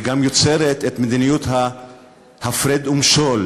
היא גם יוצרת את מדיניות ההפרד ומשול,